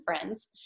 friends